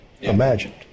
imagined